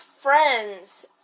friends